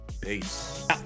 Peace